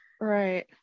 right